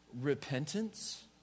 repentance